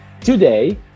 Today